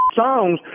songs